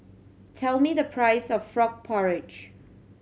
tell me the price of frog porridge